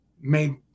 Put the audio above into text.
made